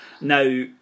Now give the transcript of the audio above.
Now